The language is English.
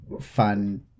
fun